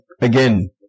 again